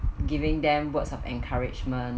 giving them words of encouragement